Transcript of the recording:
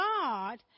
God